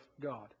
God